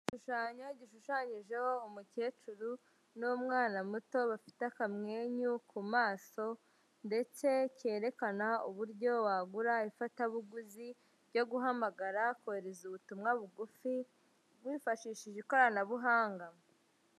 Igishushanyo gishushanyijeho umukecuru n'umwana muto bafite akamwenyu ku maso ndetse kerekana uburyo wagura ifatabuguzi ryo guhamagara kohereza ubutumwa bugufi wifashishije ikoranabuhanga.